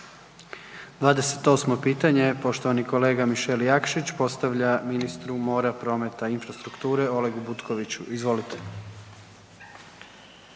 28 pitanje MIšel Jakšić postavlja ministru mora, prometa i infrastrukture Olegu Butkoviću. Izvolite.